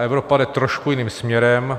Evropa jde trošku jiným směrem.